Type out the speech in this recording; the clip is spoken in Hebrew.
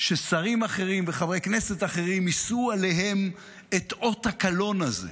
ששרים אחרים וחברי כנסת אחרים יישאו עליהם את אות הקלון הזה.